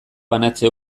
banatze